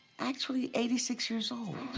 actually eighty six years old.